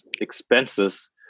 expenses